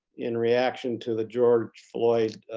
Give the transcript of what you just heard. in reaction to the george floyd